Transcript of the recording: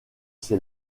c’est